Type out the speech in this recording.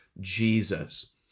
Jesus